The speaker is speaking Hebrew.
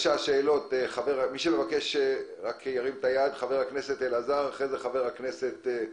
חבר הכנסת אלעזר שטרן,